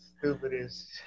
stupidest